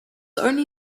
only